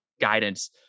guidance